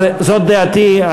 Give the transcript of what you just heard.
זאת דעתי.